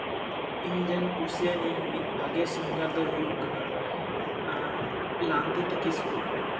ᱤᱧ ᱨᱮᱱ ᱠᱩᱥᱤᱭᱟᱱᱤᱡ ᱢᱤᱫ ᱵᱷᱟᱜᱮ ᱥᱤᱝᱜᱟᱨ ᱫᱚᱭ ᱦᱩᱭᱩᱜ ᱠᱟᱱᱟ ᱞᱟᱝᱛᱤᱛᱤ ᱠᱤᱥᱠᱩ